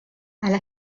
alla